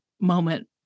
moment